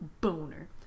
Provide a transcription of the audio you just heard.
boner